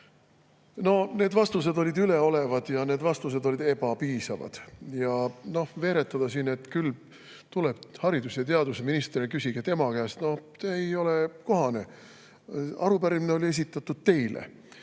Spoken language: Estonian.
Need vastused olid üleolevad ja need vastused olid ebapiisavad. Veeretada siin, et küll haridus- ja teadusminister tuleb, küsige tema käest – no ei ole kohane. Arupärimine oli esitatud teile.